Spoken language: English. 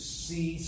see